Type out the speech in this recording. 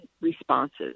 responses